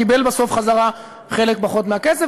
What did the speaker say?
קיבל בסוף חזרה חלק פחות מהכסף.